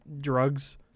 drugs